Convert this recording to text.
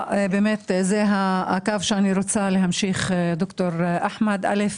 זה הקו שאני רוצה להמשיך בו, ד"ר אחמד טיבי.